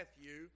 Matthew